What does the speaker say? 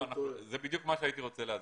זה בדיוק מה שהייתי רוצה להסביר.